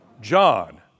John